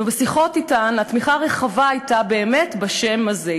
בשיחות אתן התמיכה הרחבה הייתה באמת בשם הזה.